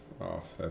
off